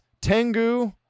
Tengu